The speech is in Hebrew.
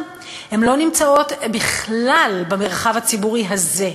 הן לא נמצאות בכלל במרחב הציבורי הזה,